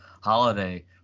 holiday